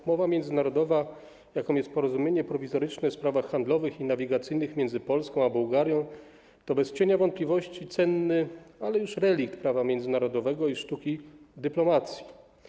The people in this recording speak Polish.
Umowa międzynarodowa, jaką jest Porozumienie Prowizoryczne w sprawach handlowych i nawigacyjnych między Polską a Bułgarją, to bez cienia wątpliwości cenny, ale już relikt prawa międzynarodowego i sztuki dyplomacji.